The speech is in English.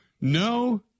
No